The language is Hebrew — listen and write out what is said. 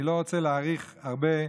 אני לא רוצה להאריך הרבה.